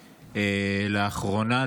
לאחרונה,